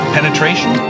Penetration